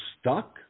stuck